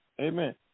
Amen